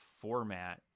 format